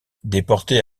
déportée